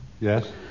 Yes